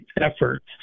efforts